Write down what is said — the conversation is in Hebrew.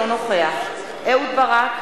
אינו נוכח אהוד ברק,